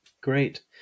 Great